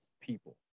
people